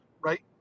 right